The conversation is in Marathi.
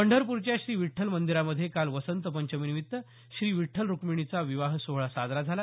पंढरपूरच्या श्री विठ्ठल मंदिरामध्ये काल वसंत पंचमीनिमित्त श्री विठ्ठल रुक्मिणीचा विवाह सोहळा साजरा झाला